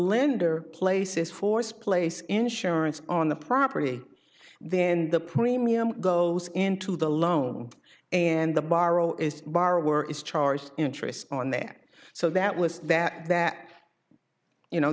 lender places force place insurance on the property then the premium goes into the loan and the borrow is borrower is charged interest on there so that was that that you know